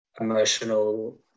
emotional